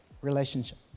relationship